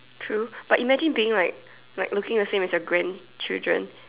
true but imagine being like like looking the same as your grandchildren